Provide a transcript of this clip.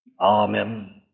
Amen